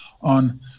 on